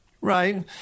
Right